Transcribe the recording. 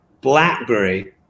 blackberry